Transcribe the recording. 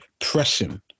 pressing